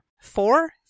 Four